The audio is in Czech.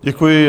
Děkuji.